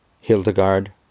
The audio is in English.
Hildegard